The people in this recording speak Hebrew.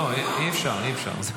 אי-אפשר, אי-אפשר.